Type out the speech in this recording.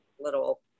little